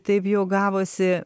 taip jau gavosi